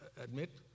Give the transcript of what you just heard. admit